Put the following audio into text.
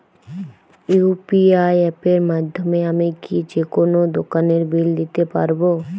UPI অ্যাপের মাধ্যমে আমি কি যেকোনো দোকানের বিল দিতে পারবো?